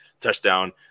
touchdown